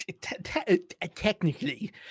technically